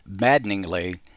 maddeningly